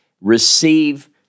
receive